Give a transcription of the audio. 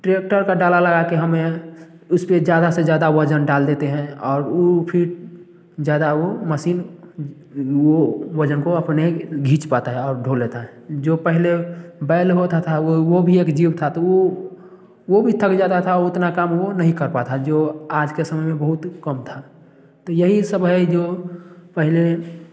tractor का डाला लगा के हमें उस पर ज्यादा से ज्यादा वज़न डाल देते हैं और वो फिर ज्यादा वो मशीन वो वजन को अपने खींच पाता है और धो लेता है जो पहले बैल होता था वो भी एक जीव था तो वो भी थक जाता था उतना काम वो नहीं कर पाता जो आज के समय में बहुत कम था तो यही सब है जो पहले